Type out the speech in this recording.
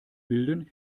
bilden